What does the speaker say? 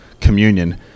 communion